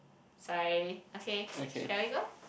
sorry okay shall we go